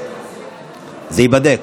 זה ייבדק.